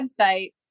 website